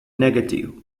negative